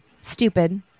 stupid